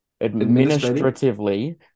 Administratively